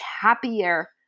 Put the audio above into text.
happier